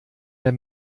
der